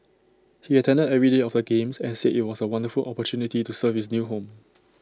he attended every day of the games and said IT was A wonderful opportunity to serve his new home